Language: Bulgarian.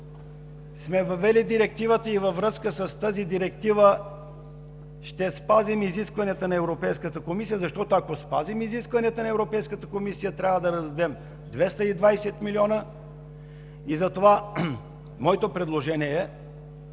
сме въвели Директивата и във връзка с тази директива ще спазим изискванията на Европейската комисия, защото, ако спазим изискванията на Европейската комисия, трябва да раздадем 220 милиона. Затова моето предложение е